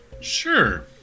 Sure